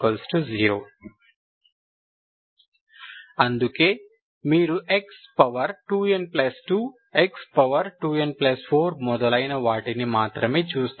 0 అందుకే మీరు x2n2 x2n4 మొదలైన వాటిని మాత్రమే చూస్తారు